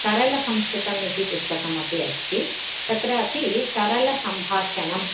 सरलसंस्कृतम् इति पुस्तकमपि अस्ति तत्रापि सरलसम्भाषणम्